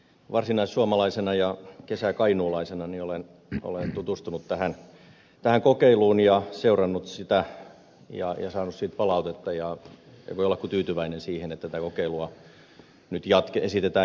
varsinaissuomalaisena ja kesäkainuulaisena olen tutustunut tähän kokeiluun seurannut sitä ja saanut siitä palautetta eikä voi olla kuin tyytyväinen siihen että tätä kokeilua nyt esitetään jatkettavaksi